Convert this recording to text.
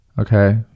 okay